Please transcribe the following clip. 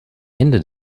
ende